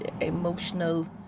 emotional